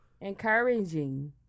encouraging